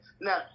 Now